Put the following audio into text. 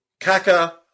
Kaka